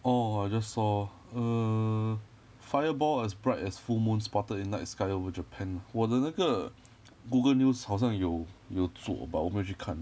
orh I just saw err fireball as bright as full moon spotted in night sky over japan 我的那个 Google News 好像有有做 but 我没有去看